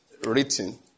written